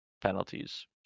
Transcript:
penalties